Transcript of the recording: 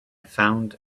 found